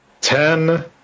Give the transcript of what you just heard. Ten